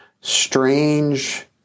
strange